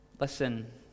Listen